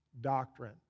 Doctrine